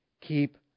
Keep